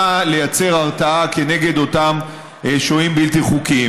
לייצר הרתעה כנגד אותם שוהים בלתי חוקיים,